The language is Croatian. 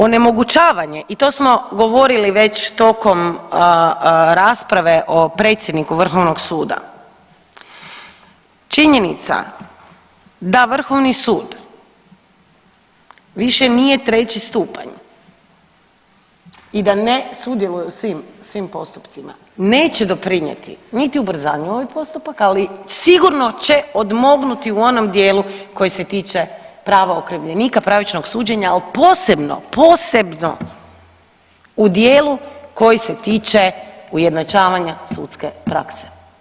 Onemogućavanje i to smo govorili već tokom rasprave o predsjedniku vrhovnog suda, činjenica da vrhovni sud više nije treći stupanj i da ne sudjeluje u svim postupcima neće doprinijeti niti ubrzanju ovih postupaka, ali sigurno će odmognuti u onom dijelu koji se tiče prava okrivljenika, pravičnog suđenja, ali posebno, posebno u dijelu koji se tiče ujednačavanja sudske prakse.